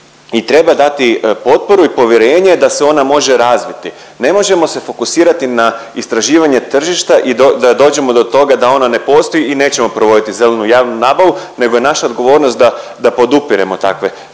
i treba dati potporu i povjerenje da se ona može razviti. Ne možemo se fokusirati na istraživanje tržišta i da dođemo do toga da ono ne postoji nećemo provoditi zelenu javnu nabavu nego je naša odgovornost da podupiremo takve,